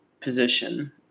position